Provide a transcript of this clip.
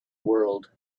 world